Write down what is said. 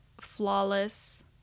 Flawless